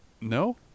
No